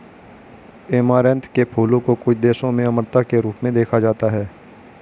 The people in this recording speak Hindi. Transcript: ऐमारैंथ के फूलों को कुछ देशों में अमरता के रूप में देखा जाता है